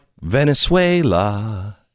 Venezuela